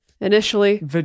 Initially